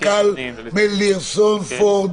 אבל המודל הזה הוא לא הגיוני ונכון,